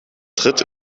tritt